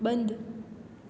બંધ